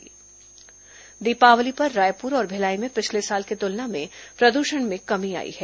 दीपावली प्रद्रषण दीपावली पर रायपुर और भिलाई में पिछले साल की तुलना में प्रदूषण में कमी आई है